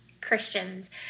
Christians